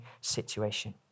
situation